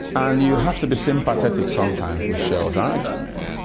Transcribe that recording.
and you have to be sympathetic sometimes with shell's argument,